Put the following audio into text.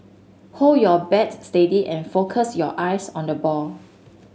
hold your bat steady and focus your eyes on the ball